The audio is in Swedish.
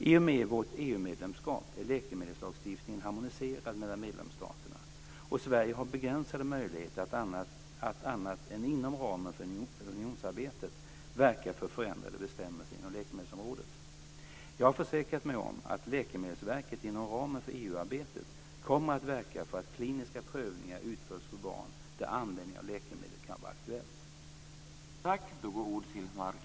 I och med vårt EU-medlemskap är läkemedelslagstiftningen harmoniserad mellan medlemsstaterna och Sverige har begränsade möjligheter att annat än inom ramen för unionsarbetet verka för förändrade bestämmelser inom läkemedelsområdet. Jag har försäkrat mig om att Läkemedelsverket inom ramen för EU arbetet kommer att verka för att kliniska prövningar utförs på barn där användning av läkemedlet kan vara aktuellt.